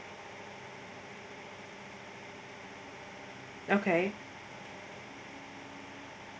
okay